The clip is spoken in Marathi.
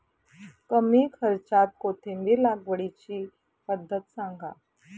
कमी खर्च्यात कोथिंबिर लागवडीची पद्धत सांगा